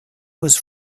was